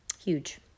huge